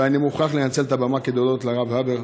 ואני מוכרח לנצל את הבמה כדי להודות לרב הבר,